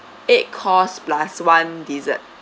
eight course plus one dessert